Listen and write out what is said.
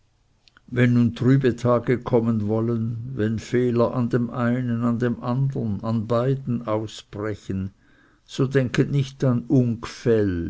wenn nun trübe tage kommen wollen wenn fehler an dem einen an dem andern an beiden ausbrechen so denket nicht an